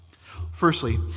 Firstly